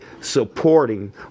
supporting